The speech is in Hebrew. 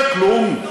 זה כלום.